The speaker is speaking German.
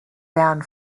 bern